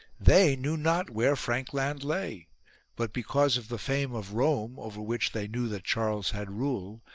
they knew not where frank land lay but because of the fame of rome, over which they knew that charles had rule,